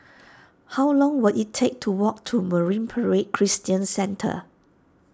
how long will it take to walk to Marine Parade Christian Centre